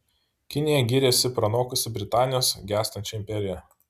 kinija giriasi pranokusi britanijos gęstančią imperiją